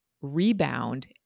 rebound